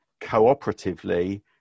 cooperatively